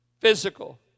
Physical